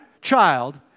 child